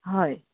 হয়